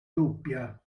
doppia